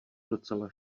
docela